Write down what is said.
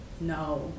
No